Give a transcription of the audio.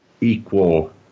equal